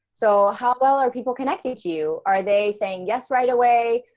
so how well are people connected to you? are they saying yes right away?